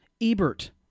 Ebert